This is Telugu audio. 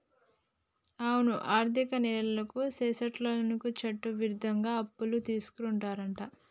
అవునే ఆర్థిక నేరాలను సెసేటోళ్ళను చట్టవిరుద్ధంగా అప్పులు తీసుకుంటారంట